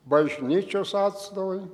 bažnyčios atstovai